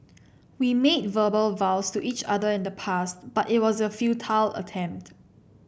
we made verbal vows to each other in the past but it was a futile attempt